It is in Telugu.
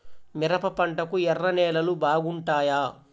మిరప పంటకు ఎర్ర నేలలు బాగుంటాయా?